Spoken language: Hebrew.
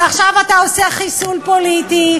אז עכשיו אתה עושה חיסול פוליטי,